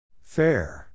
Fair